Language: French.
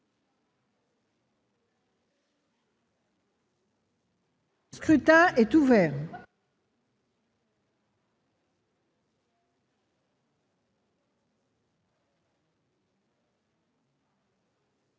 Le scrutin est ouvert.